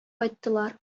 кайттылар